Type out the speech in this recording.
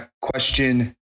Question